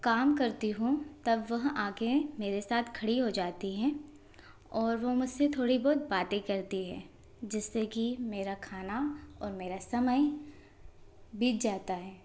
काम करती हूँ तब वह आके मेरे साथ खड़ी हो जाती हैं और वो मुझसे थोड़ी बहुत बातें करती है जिससे कि मेरा खाना और मेरा समय बीत जाता है